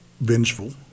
Vengeful